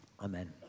Amen